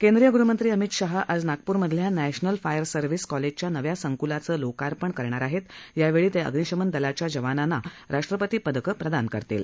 केंद्रीय गृहमंत्री अमित शाह आज नागपूरमधल्या नध्जिल फायर सर्विस कॉलक्किया नव्या संकूलाचं लोकार्पण करणार आहक्त यावळी तक् अग्निशमन दलाच्या जवानांना राष्ट्रपती पदकं प्रदान करतील